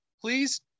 please